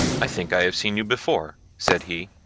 i think i have seen you before, said he.